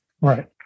Right